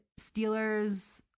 Steelers